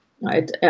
right